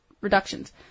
reductions